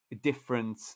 different